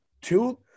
Two